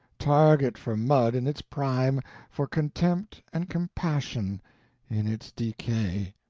target for mud in its prime, for contempt and compassion in its decay.